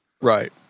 Right